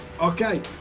Okay